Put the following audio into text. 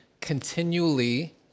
continually